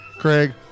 Craig